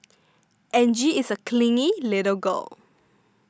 Angie is a clingy little girl